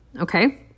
Okay